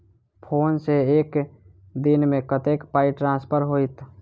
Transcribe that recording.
Phone सँ एक दिनमे कतेक पाई ट्रान्सफर होइत?